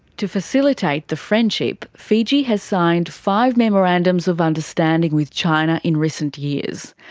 to facilitate the friendship, fiji has signed five memorandums of understanding with china in recent years.